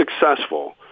successful –